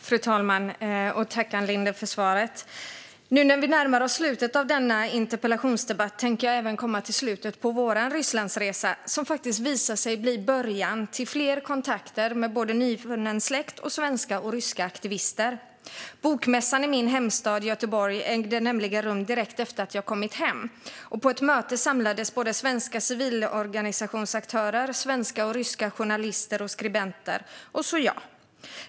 Fru talman! Tack, Ann Linde, för svaret! Nu när vi närmar oss slutet av denna interpellationsdebatt tänker jag även komma till slutet på vår Rysslandsresa, som faktiskt visade sig bli början till fler kontakter med både nyfunnen släkt och svenska och ryska aktivister. Bokmässan i min hemstad Göteborg ägde nämligen rum direkt efter att jag kommit hem, och på ett möte samlades svenska civilorganisationsaktörer, svenska och ryska journalister och skribenter och jag.